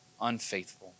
unfaithful